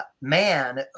man